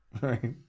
Right